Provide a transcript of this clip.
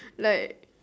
like